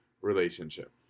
relationship